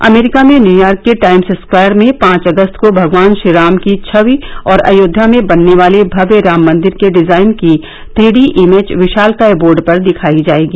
अमरीका में न्यूयॉर्क के Times Square में पांच अगस्त को भगवान श्रीराम की छवि और अयोध्या में बनने वाले भव्य राम मंदिर के डिजायन की थ्री डी इमेज विशालकाय बोर्ड पर दिखाई जाएगी